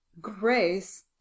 Grace